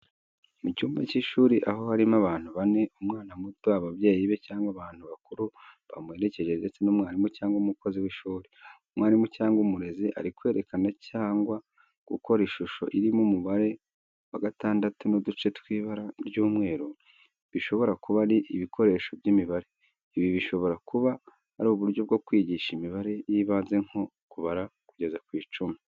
Mu cyumba cy’ishuri, aho harimo abantu bane, umwana muto, ababyeyi be cyangwa abantu bakuru bamuherekeje ndetse n’umwarimu cyangwa umukozi w’ishuri. Umwarimu cyangwa umurezi ari kwerekana cyangwa gukora ishusho irimo umubare wa gatandatu n’uduce tw’ibara ry’umweru bishobora kuba ari ibikoresho by’imibare. Ibi bishobora kuba ari uburyo bwo kwigisha imibare y’ibanze nko kubara kugeza ku icumi.